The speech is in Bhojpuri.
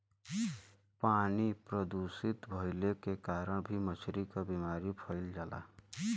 पानी प्रदूषित भइले के कारण भी मछली क बीमारी फइल जाला